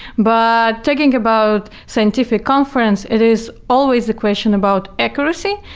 but thinking about scientific conference, it is always the question about accuracy,